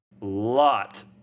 lot